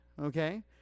Okay